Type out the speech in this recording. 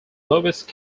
lowest